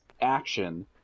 action